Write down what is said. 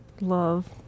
love